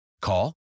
Call